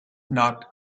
knocked